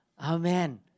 Amen